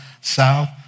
south